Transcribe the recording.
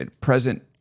present